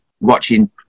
watching